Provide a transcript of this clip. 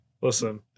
Listen